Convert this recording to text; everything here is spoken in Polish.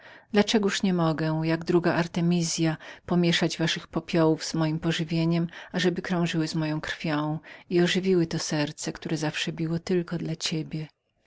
dla czegoż nie mogę jak druga artemiza ze łzami memi pomieszać waszych popiołów napój ten krążyłby z moją krwią i ożywił to serce które zawsze biło tylko dla ciebie